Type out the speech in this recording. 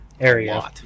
area